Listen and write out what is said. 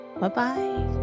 Bye-bye